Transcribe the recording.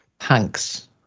Hanks